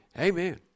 Amen